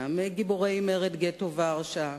גם גיבורי מרד גטו ורשה,